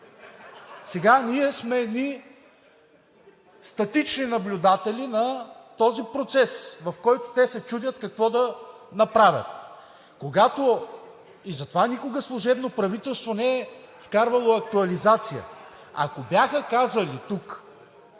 Сега ние сме едни статични наблюдатели на този процес, в който те се чудят какво да направят. И затова никога служебно правителство не е вкарвало актуализация. Ако бяха казали тук: